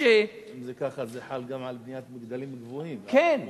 אם זה ככה, זה חל גם על בניית מגדלים גבוהים, כן.